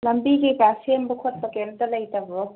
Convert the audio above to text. ꯂꯝꯕꯤ ꯀꯩꯀꯥ ꯁꯦꯝꯕ ꯈꯣꯠꯄ ꯀꯔꯤꯝꯇ ꯂꯩꯇꯥꯕ꯭ꯔꯣ